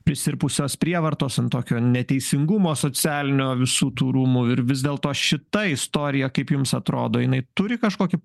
prisirpusios prievartos ant tokio neteisingumo socialinio visų tų rūmų ir vis dėlto šita istorija kaip jums atrodo jinai turi kažkokį